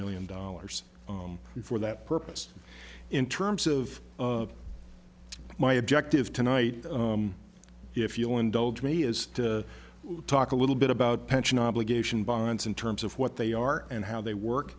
million dollars for that purpose in terms of my objective tonight if you'll indulge me is to talk a little bit about pension obligation bonds in terms of what they are and how they work